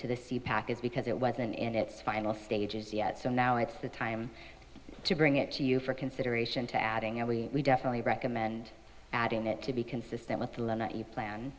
to the seed packets because it wasn't in its final stages yet so now it's the time to bring it to you for consideration to adding we definitely recommend adding it to be consistent with the plan